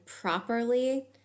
properly